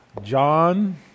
John